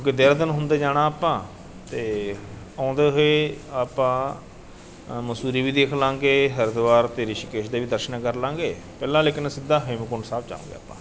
ਕਿਉਂਕਿ ਦੇਹਰਾਦੂਨ ਹੁੰਦੇ ਜਾਣਾ ਆਪਾਂ ਅਤੇ ਆਉਂਦੇ ਹੋਏ ਆਪਾਂ ਮੰਸੂਰੀ ਵੀ ਦੇਖ ਲਵਾਂਗੇ ਹਰਿਦੁਆਰ ਅਤੇ ਰਿਸ਼ੀਕੇਸ਼ ਦੇ ਵੀ ਦਰਸ਼ਨ ਕਰਲਾਂਗੇ ਪਹਿਲਾਂ ਲੇਕਿਨ ਸਿੱਧਾ ਹੇਮਕੁੰਟ ਸਾਹਿਬ ਜਾਵਾਂਗੇ ਆਪਾਂ